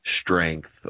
Strength